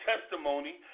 testimony